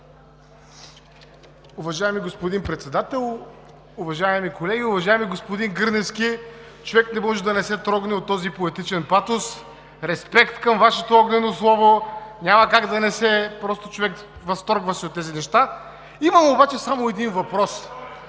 Уважаеми господин Председател, уважаеми колеги! Уважаеми господин Гърневски, човек не може да не се трогне от този поетичен патос. Респект към Вашето огнено слово! Няма как! Просто човек възторгва се от тези неща. Имам обаче само един въпрос.